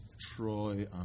Troy